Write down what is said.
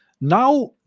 Now